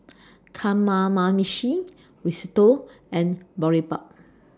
Kamameshi Risotto and Boribap